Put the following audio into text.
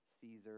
Caesar